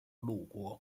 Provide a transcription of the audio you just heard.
鲁国